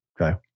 Okay